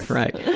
right.